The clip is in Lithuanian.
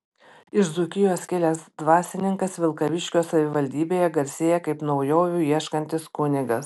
iš dzūkijos kilęs dvasininkas vilkaviškio savivaldybėje garsėja kaip naujovių ieškantis kunigas